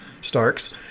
Starks